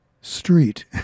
Street